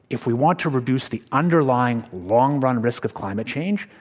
if we want to reduce the underlying long-run risk of climate change,